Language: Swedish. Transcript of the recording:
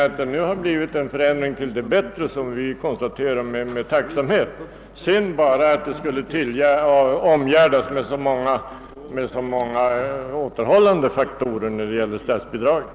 Nu har det emellertid blivit en förändring till det bättre vilket vi konstaterar med tacksamhet — låt vara att förslaget skulle omgärdas med så många återhållande faktorer i fråga om statsbidraget.